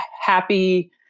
happy